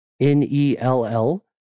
N-E-L-L